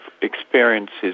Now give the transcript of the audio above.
experiences